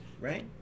right